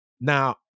now